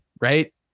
right